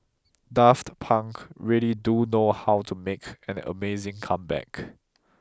Daft Punk really do know how to make an amazing comeback